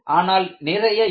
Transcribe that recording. ஆனால் நிறைய இல்லை